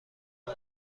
روز